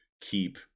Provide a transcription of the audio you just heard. keep